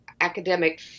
academic